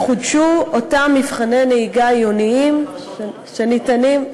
יחודשו אותם מבחני נהיגה עיוניים שניתנים,